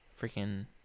Freaking